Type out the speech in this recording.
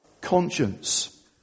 conscience